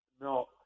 no